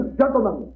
gentlemen